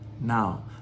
Now